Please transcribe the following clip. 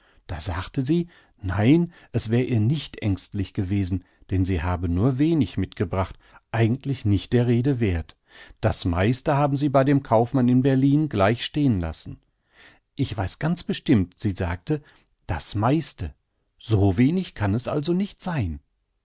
da sagte sie nein es wär ihr nicht ängstlich gewesen denn sie habe nur wenig mitgebracht eigentlich nicht der rede werth das meiste habe sie bei dem kaufmann in berlin gleich stehen lassen ich weiß ganz bestimmt sie sagte das meiste so wenig kann es also nicht sein